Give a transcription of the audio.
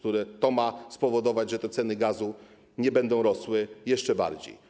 To ma spowodować, że ceny gazu nie będą rosły jeszcze bardziej.